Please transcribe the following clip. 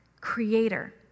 creator